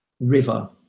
river